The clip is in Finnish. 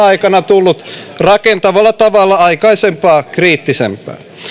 aikana tullut rakentavalla tavalla aikaisempaa kriittisempää